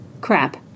Crap